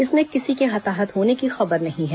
इसमें किसी के हताहत होने की खबर नहीं है